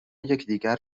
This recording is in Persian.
یکدیگر